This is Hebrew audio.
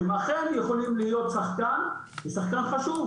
הם אכן יכולים להיות שחקן ושחקן חשוב